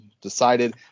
decided